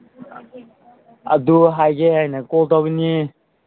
ꯑꯗꯨ ꯍꯥꯏꯒꯦ ꯍꯥꯏꯅ ꯀꯣꯜ ꯇꯧꯕꯅꯤ